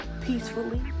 peacefully